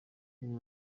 ubu